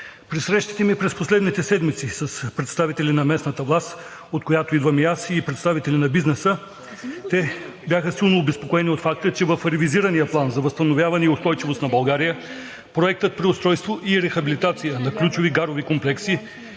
При срещите ми през последните седмици с представители на местната власт, от която идвам и аз, и представители на бизнеса, бяха силно обезпокоени от факта, че в ревизирания План за възстановяване и устойчивост на България проектът „Преустройство и рехабилитация на ключови гарови комплекси,